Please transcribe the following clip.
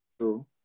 True